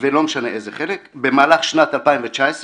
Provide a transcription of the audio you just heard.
ולא משנה איזה חלק, במהלך שנת 2019,